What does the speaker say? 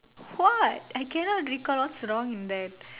what I cannot recall what's wrong in that